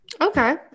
Okay